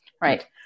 right